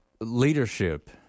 leadership